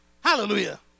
Hallelujah